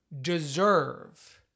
deserve